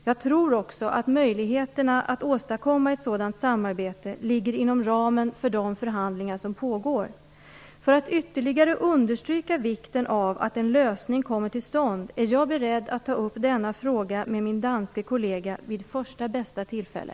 Jag tror också att möjligheterna att åstadkomma ett sådant samarbete ligger inom ramen för de förhandlingar som pågår. För att ytterligare understryka vikten av att en lösning kommer till stånd är jag beredd att ta upp denna fråga med min danske kollega vid första bästa tillfälle.